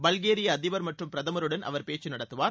பல்கேரிய அதிபர் மற்றும் பிரதமருடன் அவர் பேச்சு நடத்துவார்